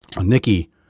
Nikki